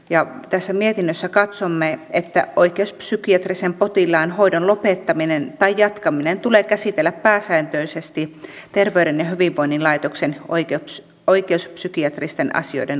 ja tässä mietinnössä katsomme että oikeuspsykiatrisen potilaan hoidon lopettaminen tai jatkaminen tulee käsitellä pääsääntöisesti terveyden ja hyvinvoinnin laitoksen oikeuspsykiatristen asioiden lautakunnassa